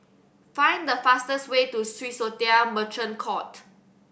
find the fastest way to Swissotel Merchant Court